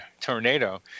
tornado